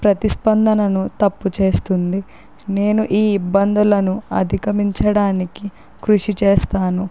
ప్రతిస్పందనను తప్పు చేస్తుంది నేను ఈ ఇబ్బందులను అధిగమించడానికి కృషి చేస్తాను